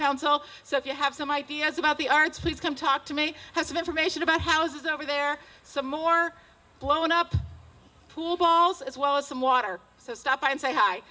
council so if you have some ideas about the arts please come talk to me as of information about houses over there some more blown up pool balls as well as some water so stop